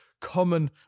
common